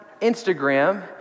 Instagram